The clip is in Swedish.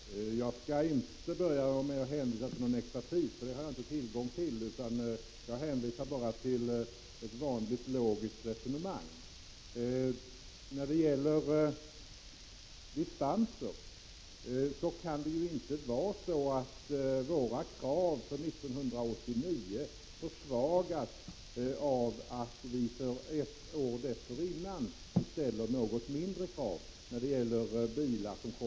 Fru talman! Jag skall till att börja med inte hänvisa till expertis. Jag har inte haft tillgång till någon sådan. Jag hänvisar bara till ett vanligt logiskt resonemang. Våra krav för 1989 kan ju inte försvagas av att vi när det gäller modeller från året dessförinnan ställer något lägre krav på vissa bilar.